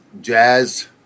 jazz